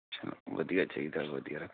ਅੱਛਾ ਵਧੀਆ ਚਾਹੀਦਾ ਵਧੀਆ ਰੱਖੇ